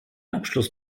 abschluss